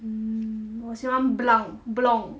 mm 我喜欢 Blanc Blanc